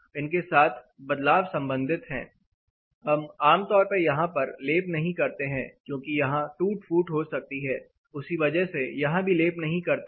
इनके साथ बदलाव संबंधित हैं हम आम तौर पर यहां पर लेप नहीं करते हैं क्योंकि यहां टूट फूट हो सकती है उसी वजह से यहां भी लेप नहीं करते हैं